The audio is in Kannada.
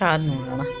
ಕಾದು ನೋಡೋಣ